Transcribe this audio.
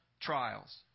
trials